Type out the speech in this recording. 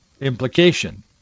implication